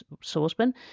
saucepan